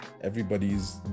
everybody's